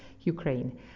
Ukraine